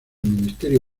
ministerio